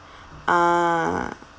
ah